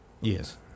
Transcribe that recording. Yes